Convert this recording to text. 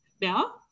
now